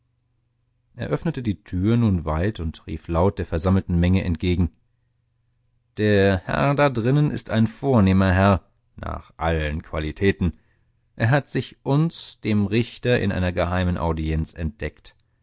öffnete die tür nun weit und rief laut der versammelten menge entgegen der herr da drinnen ist ein vornehmer herr nach allen qualitäten er hat sich uns dem richter in einer geheimen audienz entdeckt